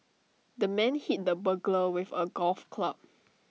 the man hit the burglar with A golf club